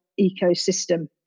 ecosystem